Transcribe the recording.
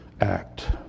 act